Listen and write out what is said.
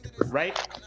right